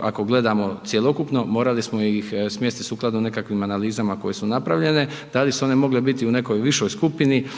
ako gledamo cjelokupno, morali smo ih smjestit sukladno nekakvim analizama koje su napravljene. Da li su one mogle biti u nekoj višoj skupini,